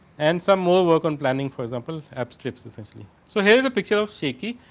and some more work on planning for example, apps strips essentially. so, here the picture of shakey.